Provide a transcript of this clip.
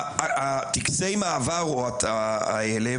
טקסי המעבר האלה,